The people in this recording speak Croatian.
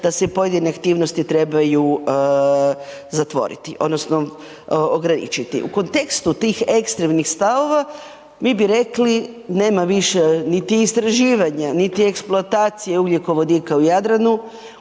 da se i pojedine aktivnosti trebaju zatvoriti, odnosno ograničiti. U kontekstu tih ekstremnih stavova, mi bi rekli, nema više niti istraživanja, niti eksploatacije ugljikovodika u Jadranu